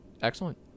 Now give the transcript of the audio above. Excellent